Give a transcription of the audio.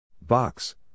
Box